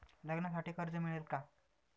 लग्नासाठी कर्ज मिळेल का?